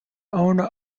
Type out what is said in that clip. owner